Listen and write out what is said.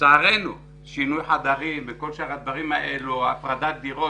לצערנו שינוי חדרים, הפרדת דירות